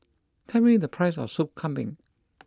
tell me the price of Soup Kambing